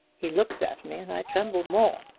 he looks at me and i tremble more.